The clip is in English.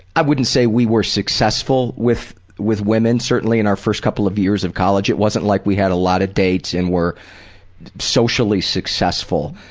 i wouldn't say we were successful with with women, certainly in our first couple of years of college. it wasn't like we had a lot of dates and were socially successful,